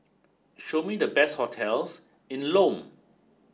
show me the best hotels in Lome